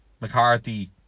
McCarthy